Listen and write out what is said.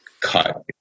cut